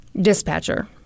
Dispatcher